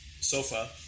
sofa